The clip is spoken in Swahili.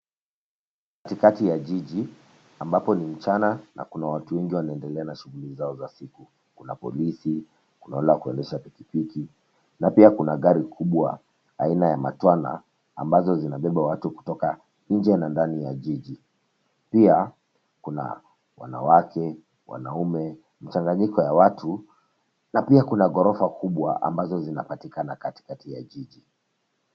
Kati kati ya jiji ambapo ni mchana na kuna watu wengi wanaendelea na shughuli zao za siku. Kuna polisi, kuna wale wakuendesha pikipiki na pia kuna gari kubwa aina ya Matwana ambazo zinabeba watu kutoka nje na ndani ya jiji. Pia kuna wanawake, wanaume mchanganyiko ya watu na pia kuna ghorofa kubwa ambazo zinapatikana kati kati ya jiji.